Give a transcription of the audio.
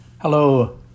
Hello